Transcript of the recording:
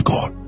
God